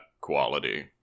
quality